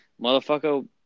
motherfucker